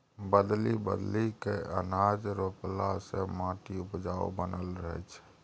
बदलि बदलि कय अनाज रोपला से माटि उपजाऊ बनल रहै छै